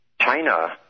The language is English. China